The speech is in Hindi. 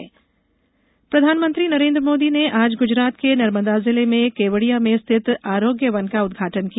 प्रधानमंत्री गुजरात प्रधानमंत्री नरेन्द्र मोदी ने आज गुजरात के नर्मदा जिले में केवड़िया में स्थित आरोग्य वन का उद्घाटन किया